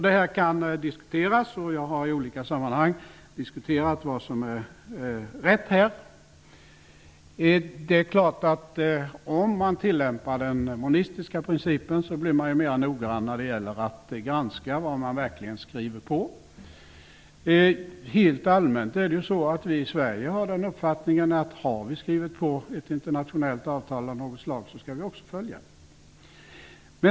Det här kan diskuteras, och jag har i olika sammanhang diskuterat vad som är rätt. Det är klart att om man tillämpar den monistiska principen, blir man mera noggrann med att granska vad man verkligen skriver på. Helt allmänt har vi den uppfattningen i Sverige att har vi skrivit på ett internationellt avtal av något slag, skall vi också följa det.